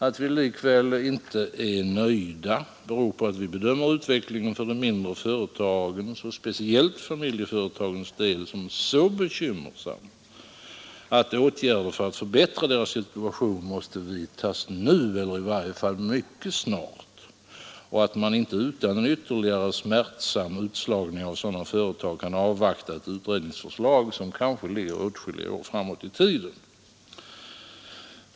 Att vi likväl inte är nöjda beror på att vi bedömer utvecklingen för de mindre företagens och speciellt familjeföretagens del som så bekymmersam, att åtgärder för att förbättra deras situation måste vidtagas nu — eller i vart fall mycket snart — och att man inte utan ytterligare, smärtsam utslagning av sådana företag kan avvakta ett utredningsförslag, som kanske ligger åtskilliga år framåt i tiden.